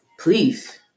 Please